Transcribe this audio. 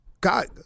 God